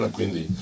quindi